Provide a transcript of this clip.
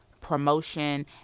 promotion